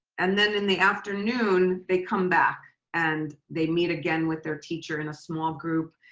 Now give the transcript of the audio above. and then in the afternoon they come back and they meet again with their teacher in a small group.